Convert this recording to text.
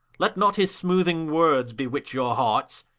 let not his smoothing words bewitch your hearts,